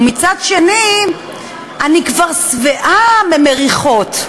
ומצד שני אני כבר שבעה ממריחות.